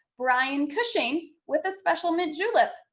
brian cushing, with a special mint julep.